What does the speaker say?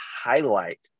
highlight